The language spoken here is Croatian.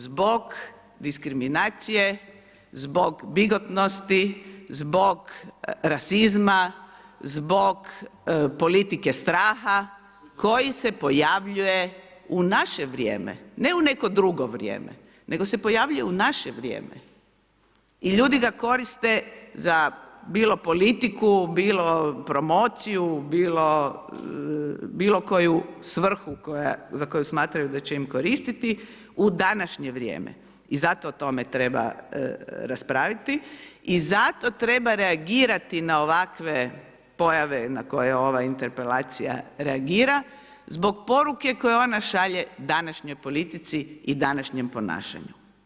Zbog diskriminacije, zbog bigotnosti, zbog rasizma, zbog politike straha koji se pojavljuje u naše vrijeme, ne u neko drugo vrijeme, nego se pojavljuje u naše vrijeme, i ljudi ga koriste, za bilo politiku, bilo promociju, bilo koju svrhu za koju smatraju da će im koristiti u današnje vrijeme i zato o tome treba raspraviti i zato treba reagirati na ovakve pojave na koje ova interpelacija reagira, zbog poruke koje ona šalje današnjoj politici i današnjem ponašanju.